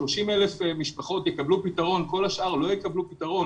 30,000 משפחות יקבלו פתרון וכל השאר לא יקבלו פתרון